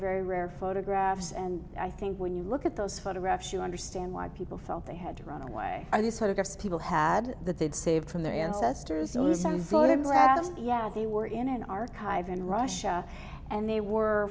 very rare photographs and i think when you look at those photographs you understand why people felt they had to run away or the sort of people had that they'd saved from their ancestors yeah they were in an archive in russia and they were